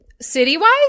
city-wise